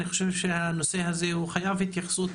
אני חושב שהנושא הזה מחייב התייחסות